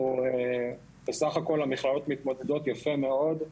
בסך הכול המכללות מתמודדים יפה מאוד.